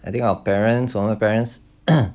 I think our parents 我们的 parents